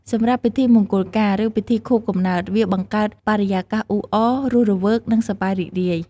សម្រាប់ពិធីមង្គលការ ឬពិធីខួបកំណើត វាបង្កើតបរិយាកាសអ៊ូអរ រស់រវើក និងសប្បាយរីករាយ។